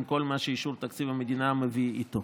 עם כל מה שאישור תקציב המדינה מביא איתו.